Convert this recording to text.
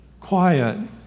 Quiet